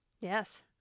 Yes